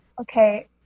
Okay